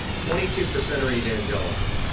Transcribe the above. twenty two percent are evangelical,